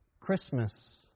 Christmas